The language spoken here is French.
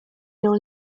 dans